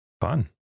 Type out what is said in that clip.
Fun